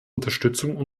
unterstützung